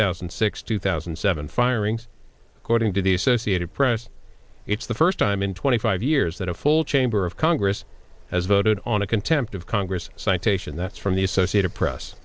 thousand and six two thousand and seven firings according to the associated press it's the first time in twenty five years that a full chamber of congress has voted on a contempt of congress citation that's from the associated press